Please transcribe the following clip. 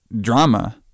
drama